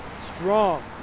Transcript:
strong